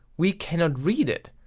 we cannot read it,